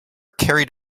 carried